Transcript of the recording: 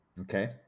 Okay